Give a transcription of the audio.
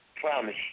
promise